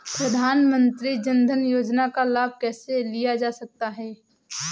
प्रधानमंत्री जनधन योजना का लाभ कैसे लिया जा सकता है?